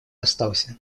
остался